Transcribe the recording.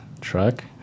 truck